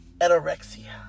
anorexia